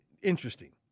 Interesting